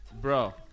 bro